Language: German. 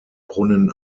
brunnen